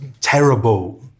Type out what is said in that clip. terrible